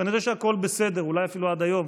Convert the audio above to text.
כנראה שהכול בסדר, אולי אפילו עד היום.